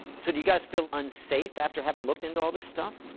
so do you guys feel unsafe after having looked into all this stuff?